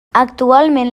actualment